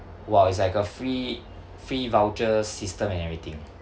!wow! it's like a free free voucher system and everything